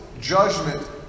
judgment